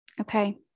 Okay